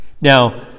Now